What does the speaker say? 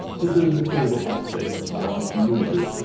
this is the typical aspect of the modern community.